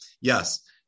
yes